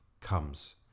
comes